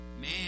Man